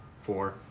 Four